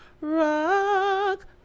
rock